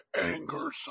anger